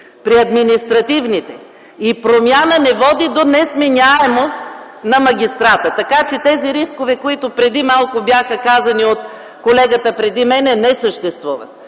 при административните ръководители. Тази промяна не води до несменяемост на кандидата, така че тези рискове, които преди малко бяха казани от колегата преди мен, не съществуват.